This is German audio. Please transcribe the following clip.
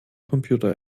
computer